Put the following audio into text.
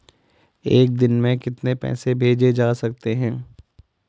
एक दिन में कितने पैसे भेजे जा सकते हैं?